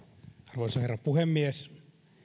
arvoisa herra puhemies